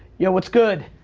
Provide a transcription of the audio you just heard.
yo, what's good?